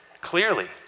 clearly